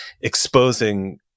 exposing